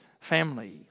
family